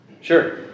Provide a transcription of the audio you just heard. Sure